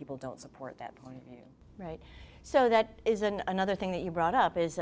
people don't support that point right so that is another thing that you brought up is